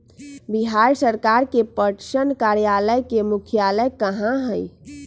बिहार सरकार के पटसन कार्यालय के मुख्यालय कहाँ हई?